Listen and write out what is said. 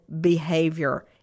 behavior